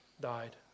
died